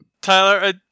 Tyler